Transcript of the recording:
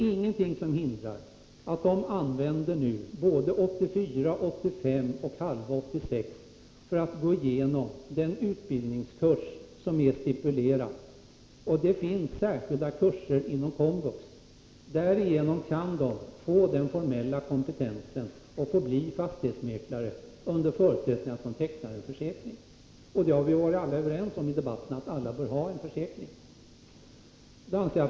Ingenting hindrar att de använder 1984, 1985 och halva 1986 för att gå igenom den utbildningskurs som är stipulerad — det finns särskilda kurser inom komvux. Därigenom kan de få den formella kompetensen och bli fastighetsmäklare, under förutsättning att de tecknar en försäkring. I debatten har alla varit överens om att mäklarna bör ha en försäkring.